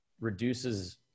reduces